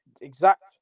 exact